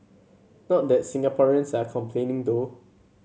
not that Singaporeans are complaining though